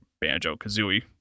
Banjo-Kazooie